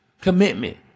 commitment